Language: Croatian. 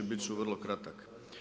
Biti ću vrlo kratak.